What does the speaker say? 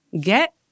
get